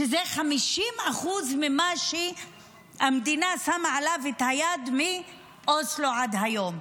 שזה 50% ממה שהמדינה שמה עליו את היד מאוסלו עד היום.